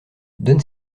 donne